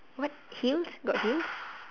what heels got heels